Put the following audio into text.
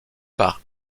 par